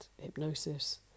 hypnosis